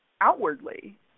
outwardly